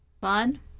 fun